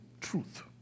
truth